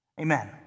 Amen